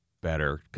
better